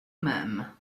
même